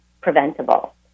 preventable